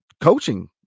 coaching